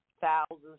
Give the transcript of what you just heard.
thousands